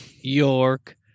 York